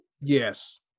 yes